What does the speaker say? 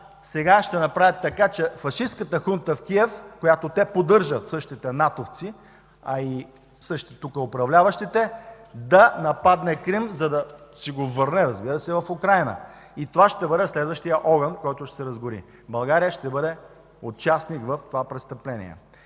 сега ще направят така, че фашистката хунта в Киев, която те поддържат – същите натовци, а и управляващите тук, да нападне Крим, за да си го върне, разбира се, в Украйна. Това ще бъде следващият огън, който ще се разгори. България ще бъде участник в това престъпление.